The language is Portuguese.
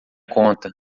conta